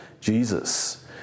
Jesus